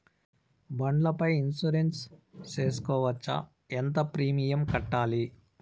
బండ్ల పై ఇన్సూరెన్సు సేసుకోవచ్చా? ఎంత ప్రీమియం కట్టాలి?